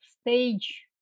stage